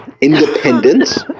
Independence